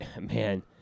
Man